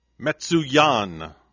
Metsuyan